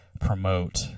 promote